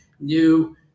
new